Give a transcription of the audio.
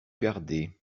gardé